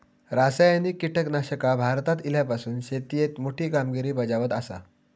रासायनिक कीटकनाशका भारतात इल्यापासून शेतीएत मोठी कामगिरी बजावत आसा